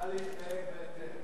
נא להתנהג בהתאם.